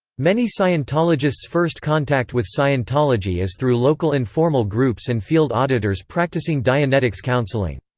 many scientologists' first contact with scientology is through local informal groups and field auditors practicing dianetics counseling.